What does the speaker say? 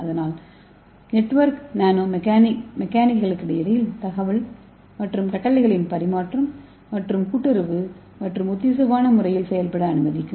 அதனால் network nano மெக்னிகளுக்கிடையில் தகவல் மற்றும் கட்டளைகளின் பரிமாற்றம் ஒரு கூட்டுறவு மற்றும் ஒத்திசைவான முறையில் செயல்பட அனுமதிக்கும்